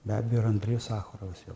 be abejo ir andrejus sacharovas jau